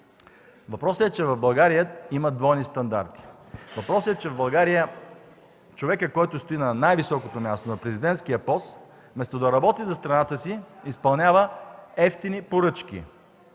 Въпросът е, че в България има двойни стандарти. Въпросът е, че в България човекът, който стои на най-високото място, на президентския пост, вместо да работи за страната си, изпълнява евтини поръчки